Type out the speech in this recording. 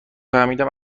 فهمیدم